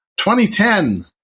2010